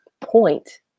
point